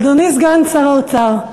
אדוני סגן שר האוצר,